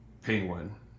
Penguin